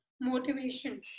motivation